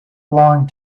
long